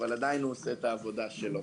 אבל עדיין ה-זום עושה את העבודה שלו.